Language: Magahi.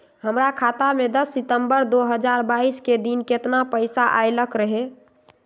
हमरा खाता में दस सितंबर दो हजार बाईस के दिन केतना पैसा अयलक रहे?